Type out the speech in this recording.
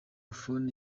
buffon